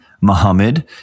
Muhammad